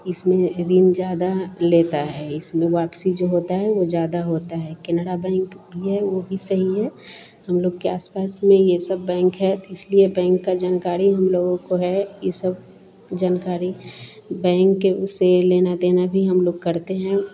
इसमें ऋण ज़्यादा लेता है इसमें वापसी जो होती है वह ज़्यादा होती है केनड़ा बैंक भी है वह भी सही है हम लोग के आसपास में यह सब बैंक है तो इसलिए बैंक का जानकारी हम लोगों को है ई सब जनकारी बैंक के उससे लेना देना भी हम लोग करते हैं